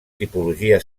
tipologia